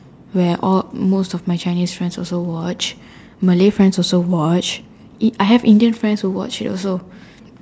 where all most of my Chinese friends also watch Malay friends also watch in~ I have Indian friends who watch it also